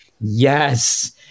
Yes